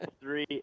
three